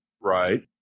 Right